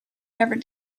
never